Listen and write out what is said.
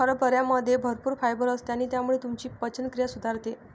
हरभऱ्यामध्ये भरपूर फायबर असते आणि त्यामुळे तुमची पचनक्रिया सुधारते